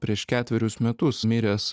prieš ketverius metus miręs